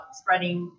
spreading